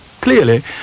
clearly